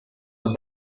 were